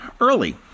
early